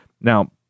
Now